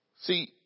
See